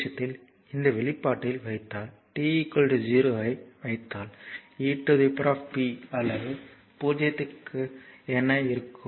இந்த விஷயத்தில் இந்த வெளிப்பாட்டில் வைத்தால் t 0 ஐ வைத்தால் ep அல்லது 0 க்கு என்ன இருக்கும்